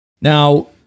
Now